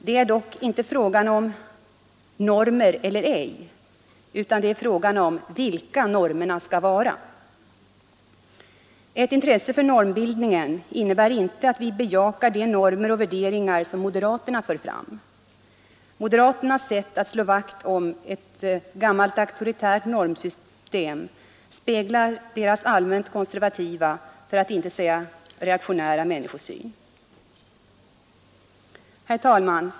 Det är dock inte fråga om normer eller ej, utan det är fråga om vilka normerna skall vara. Ett intresse för normbildningen innebär inte att vi bejakar de normer och värderingar som moderaterna för fram. Moderaternas sätt att slå vakt om ett gammalt, auktoritärt normsystem speglar deras allmänt konservativa — för att inge säga reaktionära — människosyn. Herr talman!